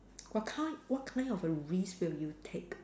what kind what kind of a risk will you take